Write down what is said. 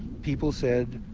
people said,